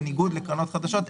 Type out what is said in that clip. בניגוד לקרנות חדשות,